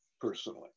personally